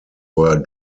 were